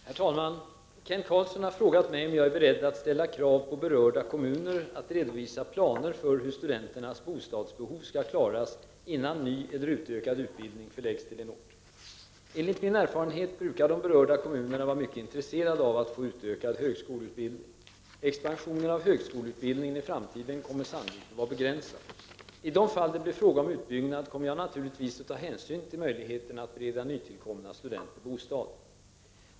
Herr talman! Kent Carlsson har frågat mig om jag är beredd att ställa krav på berörda kommuner att redovisa planer för hur studenternas bostadsbehov skall klaras innan ny eller utökad utbildning förläggs till en ort. Enligt min erfarenhet brukar de berörda kommunerna vara mycket intresserade av att få utökad högskoleutbildning. Expansionen av högskoleutbildningen i framtiden kommer sannolikt att vara begränsad. I de fall det blir fråga om utbyggnad kommer jag naturligtvis att ta hänsyn till möjligheterna att bereda nytillkomna studenter bostad.